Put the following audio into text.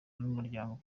n’umuryango